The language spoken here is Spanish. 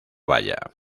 baya